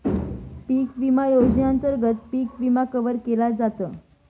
पिक विमा योजनेअंतर्गत पिक विमा कर्ज कव्हर केल जात